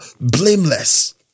blameless